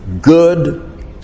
good